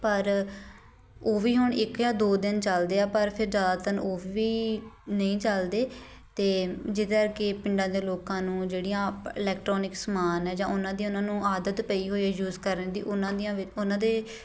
ਪਰ ਉਹ ਵੀ ਹੁਣ ਇੱਕ ਜਾਂ ਦੋ ਦਿਨ ਚੱਲਦੇ ਆ ਪਰ ਫਿਰ ਜ਼ਿਆਦਾ ਦਿਨ ਉਹ ਵੀ ਨਹੀਂ ਚੱਲਦੇ ਅਤੇ ਜਿਹਦੇ ਕਰਕੇ ਪਿੰਡਾਂ ਦੇ ਲੋਕਾਂ ਨੂੰ ਜਿਹੜੀਆਂ ਪ ਇਲੈਕਟ੍ਰੋਨਿਕਸ ਸਮਾਨ ਹੈ ਜਾਂ ਉਹਨਾਂ ਦੀ ਉਹਨਾਂ ਨੂੰ ਆਦਤ ਪਈ ਹੋਈ ਯੂਜ਼ ਕਰਨ ਦੀ ਉਹਨਾਂ ਦੀਆਂ ਉਹਨਾਂ ਦੇ